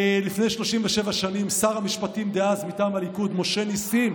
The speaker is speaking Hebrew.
לפני 37 שנים שר המשפטים דאז מטעם הליכוד משה נסים,